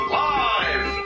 live